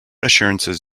assurances